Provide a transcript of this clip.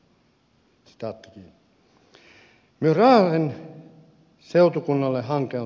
myös raahen seutukunnalle hanke on tärkeä